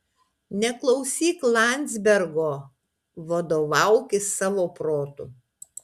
neklausyk landzbergo vadovaukis savo protu